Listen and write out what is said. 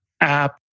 app